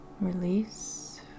release